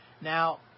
Now